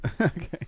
Okay